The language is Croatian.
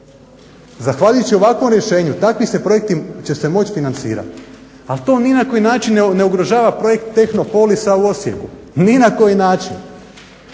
Zahvaljujući ovakvom rješenju takvi će se projekti moći financirat, ali to ni na koji način ne ugrožava projekt Tehnopolisa u Osijeku, ni na koji način.